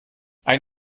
ein